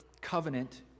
covenant